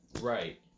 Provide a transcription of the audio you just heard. Right